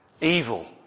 Evil